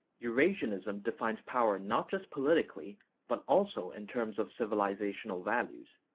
eurasianism defines power not just politically but also in terms of civilizational values.